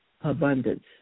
abundance